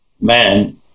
man